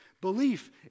Belief